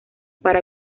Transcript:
para